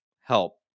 help